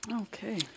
Okay